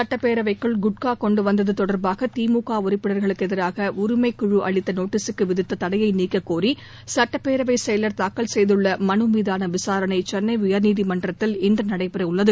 சுட்டப்பேரவைக்குள் குட்கா கொண்டு வந்தது தொடர்பாக திமுக உறுப்பினர்களுக்கு எதிராக உரிமைக்குழு அளித்த நோட்டீஸுக்கு விதித்த தடையை நீக்கக் கோரி சுட்டப்பேரவைச் செயலர் தாக்கல் செய்துள்ள மனு மீதான விசாரணை சென்னை உயர்நீதிமன்றத்தில் இன்று நடைபெற உள்ளது